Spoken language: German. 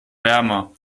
wärmer